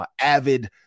avid